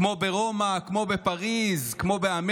/ כמו ברומא, כמו בפריז, כמו באמריקה".